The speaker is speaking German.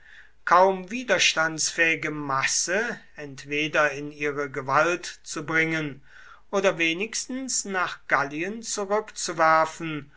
kaum widerstandsfähige masse entweder in ihre gewalt zu bringen oder wenigstens nach gallien zurückzuwerfen